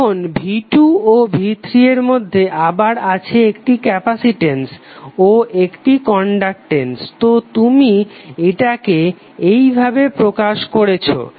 এখন v2 ও v3 এর মধ্যে আবার আছে একটি ক্যাপাসিটেন্স ও একটি কনডাকটেন্স তো তুমি এটাকে এইভাবে প্রকাশ করেছো